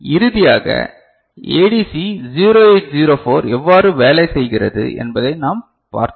இறுதியாக ADC 0804 எவ்வாறு வேலை செய்கிறது என்பதை நாம் பார்த்தோம்